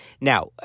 now